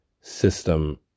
system